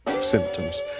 symptoms